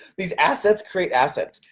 these assets create assets.